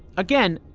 again,